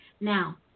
Now